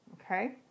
Okay